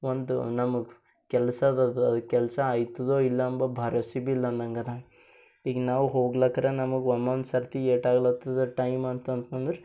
ಒಂದು ನಮ್ಮ ಕೆಲ್ಸದ ಅದು ಕೆಲಸ ಆಯ್ತದೋ ಇಲ್ಲೋ ಅಂಬೋ ಭರ್ವಸೆ ಭೀ ಇಲ್ಲ ನಮ್ಗೆ ಈಗ ನಾವು ಹೋಗ್ಲಿಕ್ಕರ ನಮಗೆ ಒಂದೊಂದು ಸರ್ತಿ ಏಟಾಗ್ಲತ್ತದ ಟೈಮ್ ಅಂತಂತಂದ್ರೆ